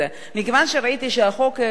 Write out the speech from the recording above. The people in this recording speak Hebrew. מכיוון שראיתי שהחוק קצת,